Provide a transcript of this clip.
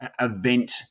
event